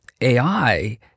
AI